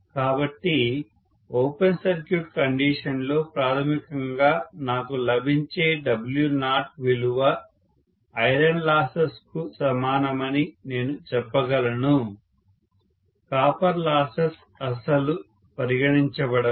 కాబట్టి open circuit కండిషన్లో ప్రాథమికంగా నాకు లభించే W0 విలువ ఐరన్ లాసెస్ కు సమానమని నేను చెప్పగలను కాపర్ లాసెస్ అస్సలు పరిగణించబడవు